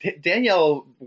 Danielle